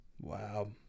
wow